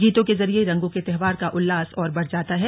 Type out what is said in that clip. गीतों के जरिये रंगों के त्योहार का उल्लास और बढ़ जाता है